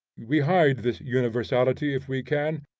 we hide this universality if we can,